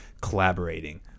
collaborating